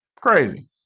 Crazy